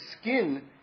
skin